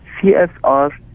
csr